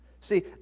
See